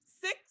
six